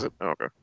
Okay